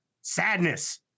Sadness